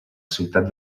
ciutat